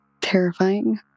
terrifying